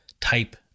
type